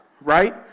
right